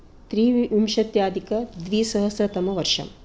त्रिविंशत्याधिकद्विसहस्रतमवर्षम्